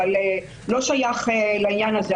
אבל זה לא שייך לעניין הזה.